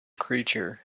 creature